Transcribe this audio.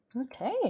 Okay